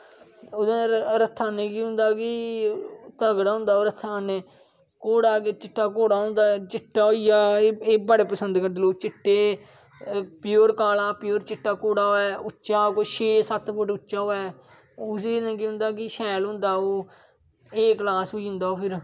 ओहदे कन्नै रथै कन्नै केह् होंदा कि तगड़ा होंदा रथा कन्नै घोड़ा अगर चिट्टा घोड़ा होंदा चिट्टा होई गेआ एह् बडे़ पसंद करदे लोक चिट्टे प्योर काला प्योर चिट्टा उच्चा कोई छै सत फुट उच्चा होऐ ओहदे कन्नै केह् होंदा कि शैल होंदा ओह् ए क्लास होई जंदा ओह् फिर